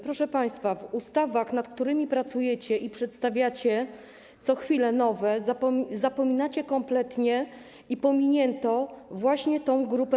Proszę państwa, w ustawach, nad którymi pracujecie, przedstawiacie co chwilę nowe, zapominacie kompletnie o tej grupie medyków i pominięto właśnie tę grupę.